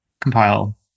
compile